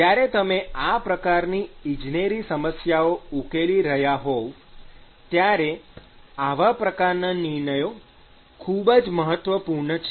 જ્યારે તમે આ પ્રકારની ઇજનેરી સમસ્યાઓ ઉકેલી રહ્યા હોવ ત્યારે આવા પ્રકારનાં નિર્ણયો ખૂબ જ મહત્વપૂર્ણ છે